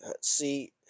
see